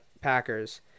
Packers